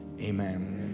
amen